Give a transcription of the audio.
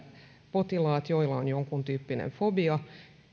potilaat joilla on jonkuntyyppinen fobia